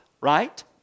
right